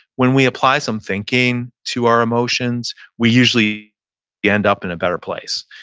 when we apply some thinking to our emotions, we usually end up in a better place.